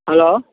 hello